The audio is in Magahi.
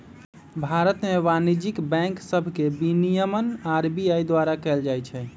भारत में वाणिज्यिक बैंक सभके विनियमन आर.बी.आई द्वारा कएल जाइ छइ